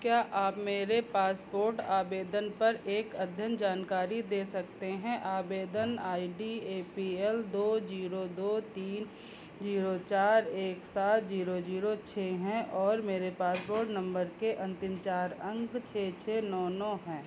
क्या आप मेरे पासपोर्ट आवेदन पर एक अदद जानकारी दे सकते हैं आवेदन I D A P L दो जीरो दो तीन जीरो चार एक सात जीरो जीरो छः हैं और मेरे पासपोर्ट नंबर के अंतिम चार अंक छः छः नौ नौ हैं